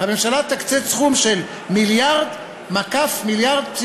הממשלה תקצה סכום של 1 1.3 מיליארד.